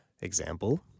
Example